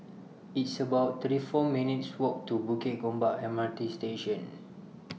It's about thirty four minutes' Walk to Bukit Gombak M R T Station